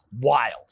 wild